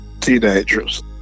teenagers